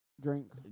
drink